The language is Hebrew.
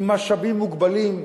עם משאבים מוגבלים,